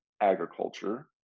agriculture